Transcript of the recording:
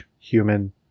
human